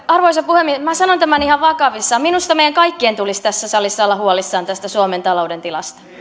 arvoisa puhemies minä sanon tämän ihan vakavissani minusta meidän kaikkien tulisi tässä salissa olla huolissamme tästä suomen talouden tilasta